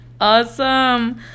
Awesome